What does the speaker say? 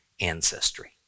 ancestry